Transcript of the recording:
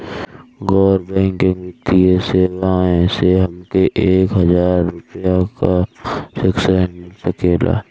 गैर बैंकिंग वित्तीय सेवाएं से हमके एक हज़ार रुपया क मासिक ऋण मिल सकेला?